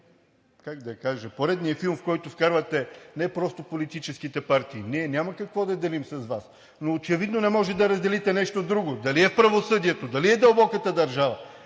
как да кажа, поредният филм, в който вкарвате не просто политическите партии, ние няма какво да делим с Вас, но очевидно не можете да разделите нещо друго – дали е в правосъдието, дали е дълбоката държава,